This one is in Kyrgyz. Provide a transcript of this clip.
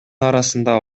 арасында